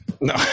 No